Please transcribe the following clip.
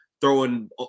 throwing